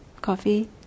coffee